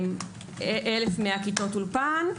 1,100 כיתות אולפן.